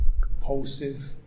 compulsive